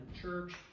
church